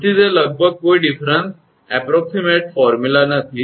તેથી તે લગભગ કોઈ તફાવત અંદાજિત સૂત્ર નથી